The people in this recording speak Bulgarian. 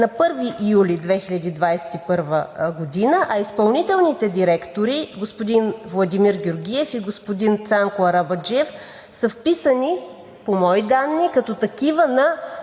на 1 юли 2021 г., а изпълнителните директори – господин Владимир Георгиев и господин Цанко Арабаджиев, са вписани, по мои данни, като такива на